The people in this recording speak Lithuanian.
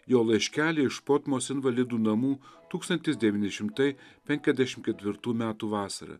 jo laiškelį iš potmos invalidų namų tūkstantis devyni šimtai penkiasdešim ketvirtų metų vasarą